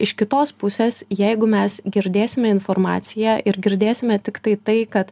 jei iš kitos pusės jeigu mes girdėsime informaciją ir girdėsime tiktai tai kad